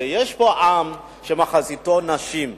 שיש פה עם שמחציתו נשים,